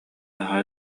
наһаа